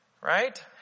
right